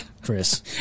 Chris